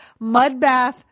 Mudbath